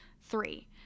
three